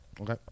okay